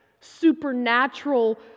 supernatural